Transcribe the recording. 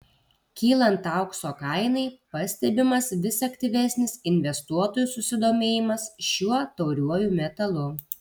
kylant aukso kainai pastebimas vis aktyvesnis investuotojų susidomėjimas šiuo tauriuoju metalu